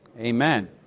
Amen